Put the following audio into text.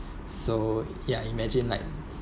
so ya imagine like